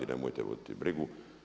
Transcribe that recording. Nemojte voditi brigu.